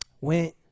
Went